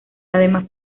además